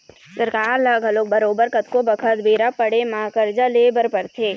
सरकार ल घलोक बरोबर कतको बखत बेरा पड़े म करजा ले बर परथे